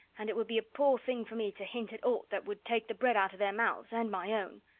and it would be a poor thing for me to hint at aught that would take the bread out of their mouths and my own.